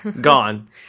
gone